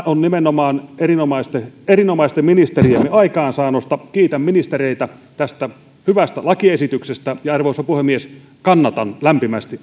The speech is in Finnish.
on nimenomaan erinomaisten erinomaisten ministeriemme aikaansaannosta kiitän ministereitä tästä hyvästä lakiesityksestä ja arvoisa puhemies kannatan lämpimästi